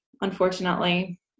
unfortunately